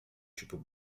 tipo